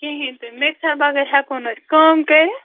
کِہیٖنٛۍ تہِ مِکسر بَغٲر ہٮ۪کَو نہٕ کٲم کٔرِتھ